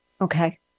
Okay